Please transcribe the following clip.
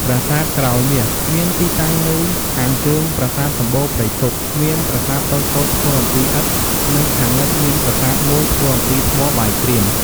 ប្រាសាទក្រោលមាស មានទីតាំងនៅខាងជើងប្រាសាទសំបូរព្រៃគុក មានប្រាសាទតូចៗធ្វើ អំពីឥដ្ឋ និងខាងលិចមានប្រាសាទមួយធ្វើអំពីថ្មបាយក្រៀម។